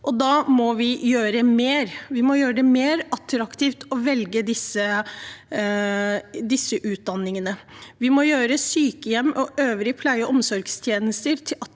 Da må vi gjøre mer. Vi må gjøre det mer attraktivt å velge disse utdanningene. Vi må gjøre sykehjem og øvrige pleie- og omsorgstjenester